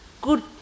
good